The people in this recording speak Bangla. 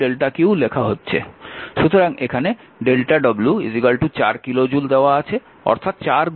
সুতরাং এখানে w 4 কিলো জুল দেওয়া আছে অর্থাৎ 4103